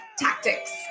tactics